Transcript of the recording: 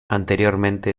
anteriormente